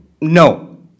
no